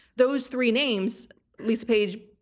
those three names, lisa paige,